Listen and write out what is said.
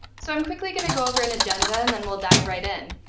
so i'm quickly going to go over an agenda, and then we'll dive right in.